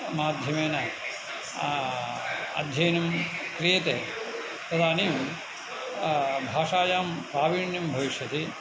माध्यमेन अध्ययनं क्रियते तदानीं भाषायां प्रावीण्यं भविष्यति